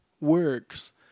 works